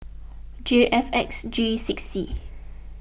J F X G six C